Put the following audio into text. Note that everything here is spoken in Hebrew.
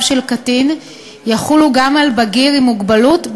של קטין יחולו גם על בגיר עם מוגבלות,